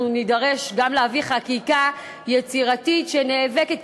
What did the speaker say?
נידרש גם להביא חקיקה יצירתית שנאבקת,